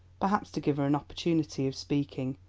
perhaps to give her an opportunity of speaking,